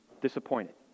disappointed